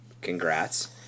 Congrats